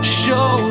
show